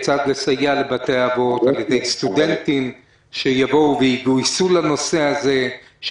כיצד לסייע לבתי אבות על ידי סטודנטים שיגויסו לנושא הזה,